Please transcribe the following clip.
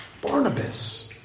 Barnabas